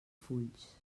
fulls